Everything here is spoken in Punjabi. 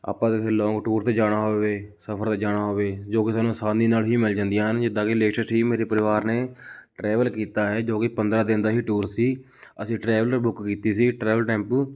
ਆਪਾਂ ਲੋਂਗ ਟੂਰ 'ਤੇ ਜਾਣਾ ਹੋਵੇ ਸਫਰ 'ਤੇ ਜਾਣਾ ਹੋਵੇ ਜੋ ਕਿ ਸਾਨੂੰ ਆਸਾਨੀ ਨਾਲ ਹੀ ਮਿਲ ਜਾਂਦੀਆਂ ਹਨ ਜਿੱਦਾਂ ਕਿ ਲੇਟਸਟ ਹੀ ਮੇਰੇ ਪਰਿਵਾਰ ਨੇ ਟਰੈਵਲ ਕੀਤਾ ਹੈ ਜੋ ਕਿ ਪੰਦਰ੍ਹਾਂ ਦਿਨ ਦਾ ਹੀ ਟੂਰ ਸੀ ਅਸੀਂ ਟਰੈਵਲਰ ਬੁੱਕ ਕੀਤੀ ਸੀ ਟਰੈਵਲ ਟੈਂਪੂ